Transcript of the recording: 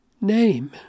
name